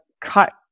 cut